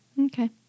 Okay